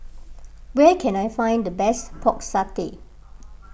where can I find the best Pork Satay